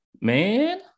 man